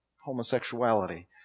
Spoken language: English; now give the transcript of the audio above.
homosexuality